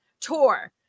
tour